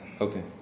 Okay